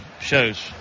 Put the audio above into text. shows